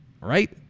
Right